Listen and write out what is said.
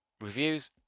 reviews